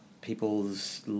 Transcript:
people's